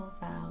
valley